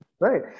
Right